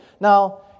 Now